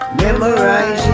memorizing